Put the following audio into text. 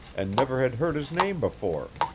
and never had heard his name before.